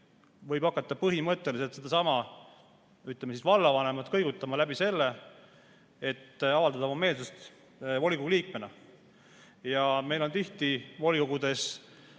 võib hakata põhimõtteliselt sedasama vallavanemat kõigutama, avaldades oma meelsust volikogu liikmena. Meil on tihti volikogudes